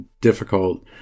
difficult